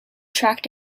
tracked